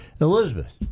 Elizabeth